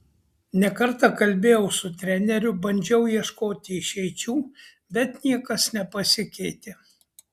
ne kartą kalbėjau su treneriu bandžiau ieškoti išeičių bet niekas nepasikeitė